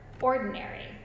ordinary